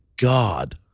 god